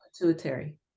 Pituitary